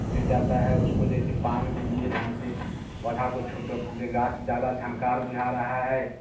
गिर जाता है उसको जैसे पानी दीजिए ढंग से पानी के पौधा को छोटा ज़्यादा झंकार दिखा रहा है